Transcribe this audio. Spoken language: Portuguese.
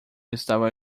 estava